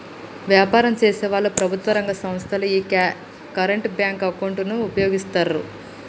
వ్యాపారం చేసేవాళ్ళు, ప్రభుత్వం రంగ సంస్ధలు యీ కరెంట్ బ్యేంకు అకౌంట్ ను వుపయోగిత్తాయి